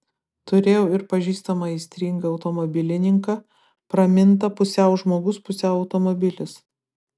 turėjau ir pažįstamą aistringą automobilininką pramintą pusiau žmogus pusiau automobilis